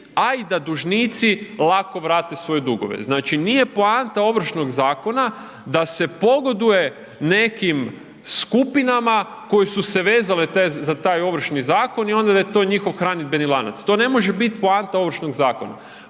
a i da dužnici lako vrate svoje dugove. Znači nije poanta Ovršnog zakona da se pogoduje nekim skupinama koje su se vezale za taj Ovršni zakon i onda da je to njihov hranidbeni lanac, to ne može biti poanta Ovršnog zakona.